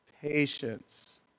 patience